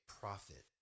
profit